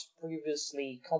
previously